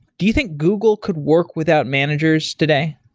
do you think google could work without managers today?